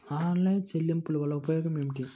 Online చెల్లింపుల వల్ల ఉపయోగమేమిటీ?